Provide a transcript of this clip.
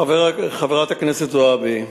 חברת הכנסת זועבי,